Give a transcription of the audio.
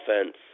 offense